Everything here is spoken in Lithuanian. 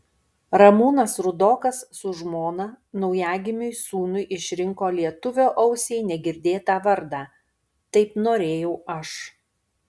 ramūnas rudokas su žmona naujagimiui sūnui išrinko lietuvio ausiai negirdėtą vardą taip norėjau aš